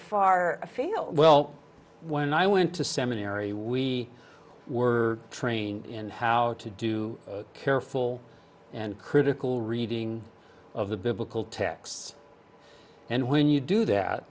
afield well when i went to seminary we were trained in how to do careful and critical reading of the biblical texts and when you do that